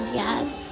yes